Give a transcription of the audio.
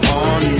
on